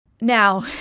Now